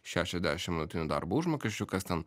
šešiasdešimt vidutinių darbo užmokesčių kas ten